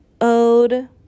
ode